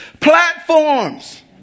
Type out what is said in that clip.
platforms